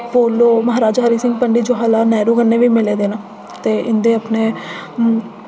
polo Maharaja Hari Singh Pandit Jawaharlal Nehru कन्नै बी मीले दे न ते इं'दे अपने